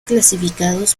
clasificados